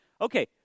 Okay